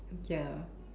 ya